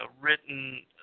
written